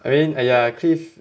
I mean !aiya! cliff